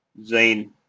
Zayn